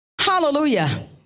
Hallelujah